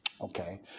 Okay